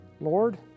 Lord